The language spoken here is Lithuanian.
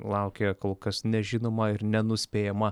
laukia kol kas nežinoma ir nenuspėjama